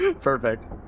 Perfect